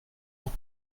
pour